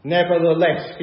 Nevertheless